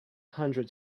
hundred